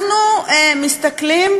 אנחנו מסתכלים,